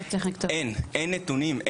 אין נתונים,